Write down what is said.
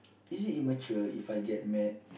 is it immature If I get mad